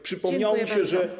Przypomniało mi się, że.